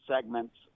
segments